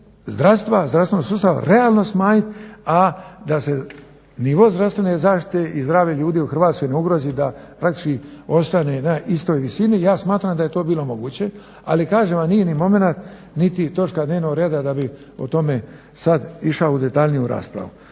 cijeli zdravstveni sustav realno smanjit a da se nivo zdravstvene zaštite i zdravlje ljudi u Hrvatskoj ne ugrozi, da praktički ostane na istoj visini. Ja smatram da je to bilo moguće, ali kažem vam nije ni momenat niti točka dnevnog reda da bih o tome sad išao detaljnije u raspravu.